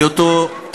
בהיותו,